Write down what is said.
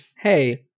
hey